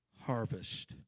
harvest